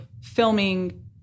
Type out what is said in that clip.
filming